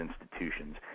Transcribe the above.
institutions